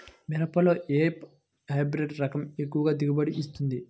మిరపలో ఏ హైబ్రిడ్ రకం ఎక్కువ దిగుబడిని ఇస్తుంది?